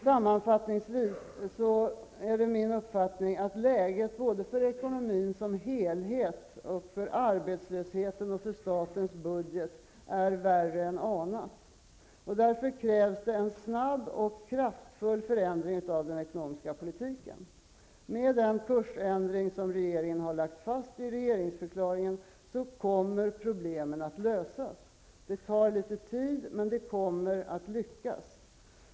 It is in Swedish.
Sammanfattningsvis är den min uppfattning att läget för både ekonomin som helhet, arbetslösheten och statens budget är värre än anat. Därför krävs det en snabb och kraftfull förändring av den ekonomiska politiken. Med den kursändring som regeringen har lagt fast i regeringsförklaringen kommer problemen att lösas. Det tar lite tid, men det kommer att lyckas.